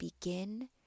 begin